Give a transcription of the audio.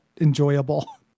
enjoyable